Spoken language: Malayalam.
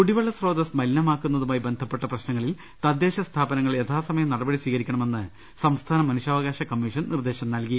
കുടിവെള്ള സ്രോതസ്സ് മലിനമാക്കുന്നതുമായി ബന്ധപ്പെട്ട പ്രശ്നങ്ങളിൽ തദ്ദേശ സ്ഥാപനങ്ങൾ യഥാസമയം നടപടി സ്വീകരി ക്കണമെന്ന് സംസ്ഥാന മനുഷ്യാവകാശ കമ്മീഷൻ നിർദേശം നൽകി